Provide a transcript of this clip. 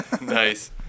Nice